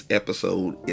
episode